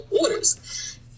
orders